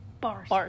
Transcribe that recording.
Bars